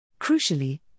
Crucially